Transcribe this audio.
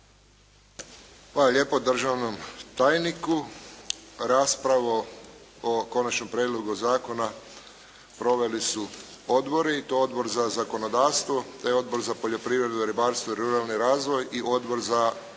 Hvala lijepa državnom tajniku. Raspravu o konačnom prijedlogu zakona proveli su odbori i to Odbor za zakonodavstvo, te Odbor za poljoprivredu, ribarstvo i ruralni razvoj i Odbor za